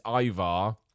Ivar